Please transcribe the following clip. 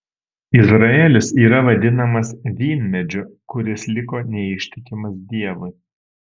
izraelis yra vadinamas vynmedžiu kuris liko neištikimas dievui